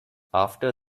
after